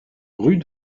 rue